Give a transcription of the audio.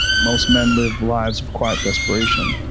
most men live lives of quiet desperation.